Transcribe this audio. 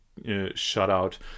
shutout